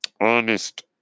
honest